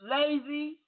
lazy